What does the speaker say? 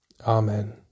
Amen